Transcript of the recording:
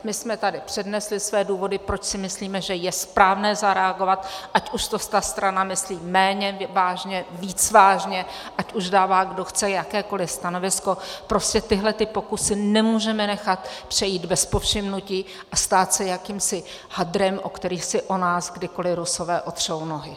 My jsme tady přednesli své důvody, proč si myslíme, že je správné zareagovat, ať už to ta strana myslí méně vážně, víc vážně, ať už dává kdo chce jakékoliv stanovisko, prostě tyhle pokusy nemůžeme nechat přejít bez povšimnutí a stát se jakýmsi hadrem, o který si o nás kdykoli Rusové otřou nohy.